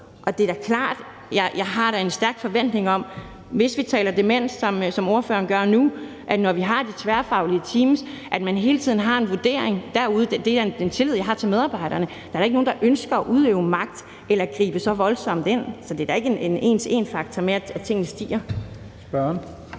og det er da også klart, at jeg har en stærk forventning om, at man, når vi taler om demens, som ordføreren gør det nu, og når man har de tværfaglige teams, hele tiden har en vurdering derude. Det er den tillid, jeg har til medarbejderne, og der er da ikke nogen, der ønsker at udøve magt eller at gribe meget voldsomt ind. Så det er da ikke en faktor, der en til en betyder, at